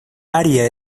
área